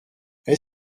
est